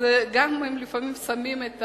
אז לפעמים הם גם שמים את